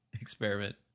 experiment